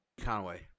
Conway